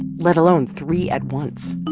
let alone three at once.